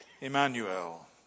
Emmanuel